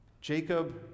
Jacob